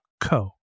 co